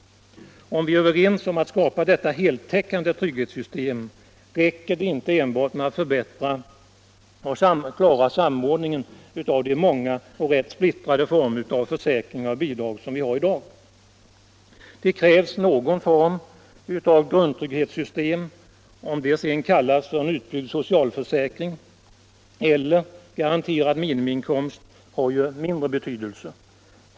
Om vi är överens om att skapa detta heltäckande trygghetssystem räcker det inte med att förbättra samordningen av de många och rätt splittrade former av försäkringar och bidrag som vi har i dag. Det krävs någon form av grundtrygghetssystem, om det sedan skall kallas för en utbyggd socialförsäkring eller garanterad minimiinkomst har mindre betydelse.